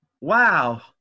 wow